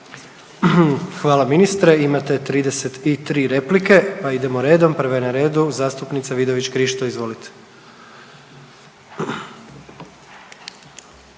Hvala ministre. Imate 33 replike, pa idemo redom, prva je na redu zastupnica Vidović Krišto. Izvolite.